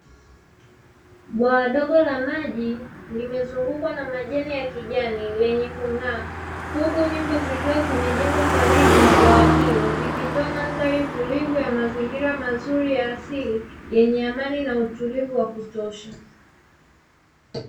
Bwawa dogo la maji limezungukwa na majani ya kijani lenye kung'aa, huku nyumba zikiwa zimejengwa karibu na bwawa hilo zikitoa mandhari tulivu ya mazingira mazuri ya asili yenye amani na utulivu wa kutosha.